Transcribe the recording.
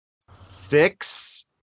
six